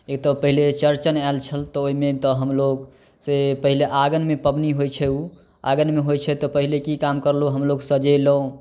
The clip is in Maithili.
एक तऽ पहिले चौड़चन आयल छल तऽ ओहिमे तऽ हमलोग से पहिले आँगनमे पाबनि होइ छै ओ आङ्गनमे होइ छै तऽ पहिले कि काम करलहुॅं हमलोग सजेलहुॅं